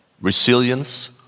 Resilience